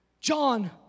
John